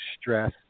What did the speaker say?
stress